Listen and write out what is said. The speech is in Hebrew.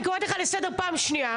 אני קוראת אותך לסדר פעם שנייה.